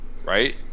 right